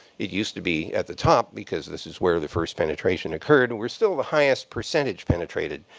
it used to be at the top, because this is where the first penetration occurred. we're still the highest percentage penetrated.